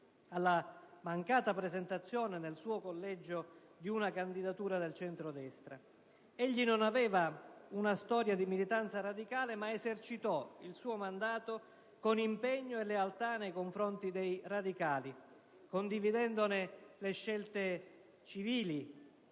alla mancata presentazione, nel suo collegio, di una candidatura del centrodestra. Egli non aveva una storia di militanza radicale, ma esercitò il suo mandato con impegno e lealtà nei confronti dei radicali, condividendone le scelte civili.